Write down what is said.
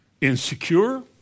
insecure